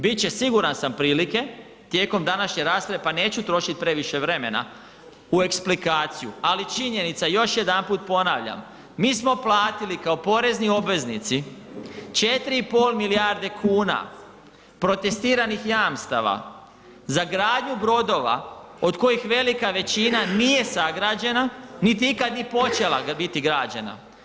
Bit će siguran sam prilike tijekom današnje rasprave pa neću trošiti previše vremena u eksplikaciju, ali činjenica još jedanput ponavljam, mi smo platili kao porezni obveznici 4,5 milijarde kuna protestiranih jamstava za gradnju brodova od kojih velika većina nije sagrađena niti je ikada bila počela biti građena.